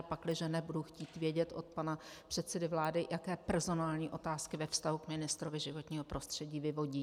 Pakliže ne, budu chtít vědět od pana předsedy vlády, jaké personální otázky ve vztahu k ministrovi životního prostředí vyvodí.